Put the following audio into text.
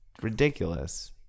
ridiculous